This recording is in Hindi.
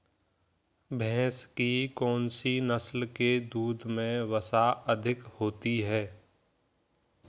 भैंस की कौनसी नस्ल के दूध में वसा अधिक होती है?